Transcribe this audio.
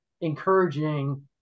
encouraging